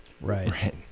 right